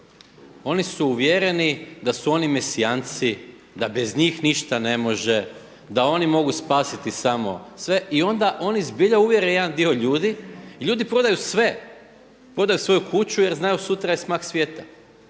Oni su uvjereni da su oni mesijanci, da bez njih ništa ne može, da oni mogu spasiti samo sve i onda oni zbilja uvjere jedan dio ljudi. Ljudi prodaju sve. Prodaju svoju kuću, jer znaju sutra je smak svijeta.